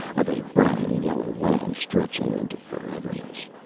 of a brown-and-yellow land stretching into foreverness.